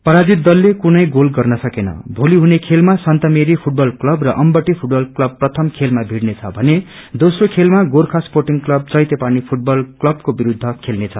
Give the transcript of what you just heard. पराजित दलले कुनै गोल गर्न सेनं मोली हुने खेलामा सतन्मेरी फूटबल क्लब अम्बटे फूटबल क्लब प्रथम खेलामा भ्पिाइने छ भने दोस्रो खेलामा गोर्खा स्पोटिङ क्लब चैतेपानी फूटबल क्लबको विरूद्ध खेल्नेछ